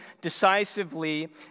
decisively